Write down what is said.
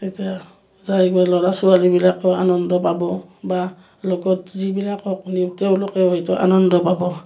তেতিয়া যায় গৈ ল'ৰা ছোৱালীবিলাকে আনন্দ পাব বা লগত যিবিলাকক নিওঁ তেওঁলোকেও হয়টো আনন্দ পাব